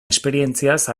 esperientziaz